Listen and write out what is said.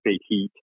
heat